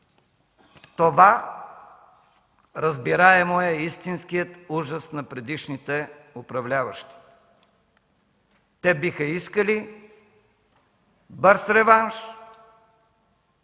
Това, разбираемо, е истинският ужас на предишните управляващи. Те биха искали бърз реванш,